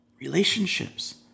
Relationships